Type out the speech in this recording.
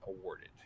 awarded